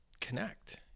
connect